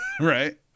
Right